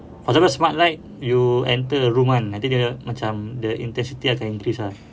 for example smart light you enter a room kan nanti dia macam the intensity akan increase ah